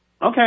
Okay